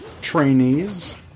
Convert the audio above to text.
trainees